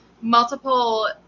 multiple